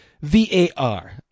VAR